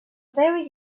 very